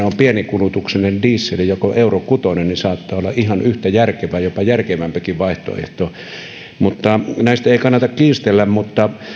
on pienikulutuksinen die sel joku euro kutonen niin se saattaa olla ihan yhtä järkevä ja jopa järkevämpikin vaihtoehto näistä ei kannata kiistellä mutta